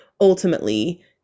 ultimately